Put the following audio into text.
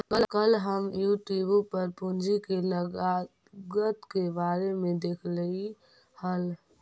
कल हम यूट्यूब पर पूंजी के लागत के बारे में देखालियइ हल